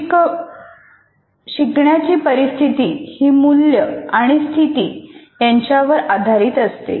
शिकण्याची परिस्थिती ही मूल्य आणि स्थिती यांच्या वर आधारित असते